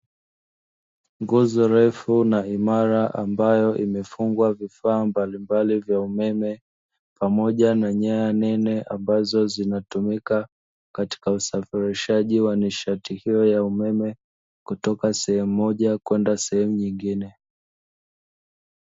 Nguzo refu na imara ambayo imefungwa vifaa mbalimbali vya umeme, pamoja na nyaya nene ambazo zinatumika katika usafirishaji wa nishati hiyo ya umeme, kutoka sehemu moja kwenda sehemu nyingine.